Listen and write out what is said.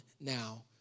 now